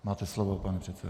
Máte slovo, pane předsedo.